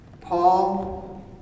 Paul